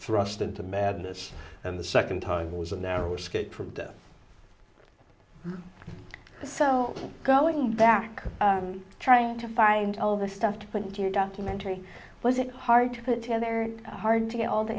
thrust into madness and the second time was a narrow escape from death so going back trying to find all the stuff to put into your documentary was it hard to put together hard to get all the